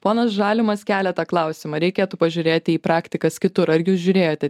ponas žalimas kelia tą klausimą reikėtų pažiūrėti į praktikas kitur ar jūs žiūrėjote